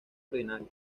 ordinaria